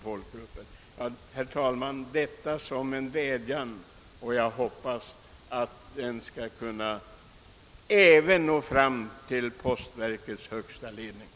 Jag har med dessa ord velat uttala en vädjan, vilken jag hoppas skall nå fram till postverkets högsta ledning.